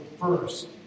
first